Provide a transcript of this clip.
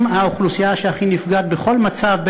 הם האוכלוסייה שהכי נפגעת בכל מצב,